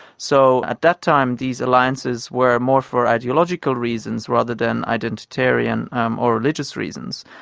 so at that time, these alliances were more for ideological reasons rather than identitarian um or religious reasons.